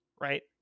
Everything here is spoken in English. right